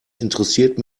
interessiert